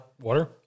Water